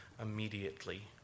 immediately